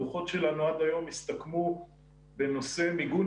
עד היום הדוחות שלנו הסתכמו בנושא מיגון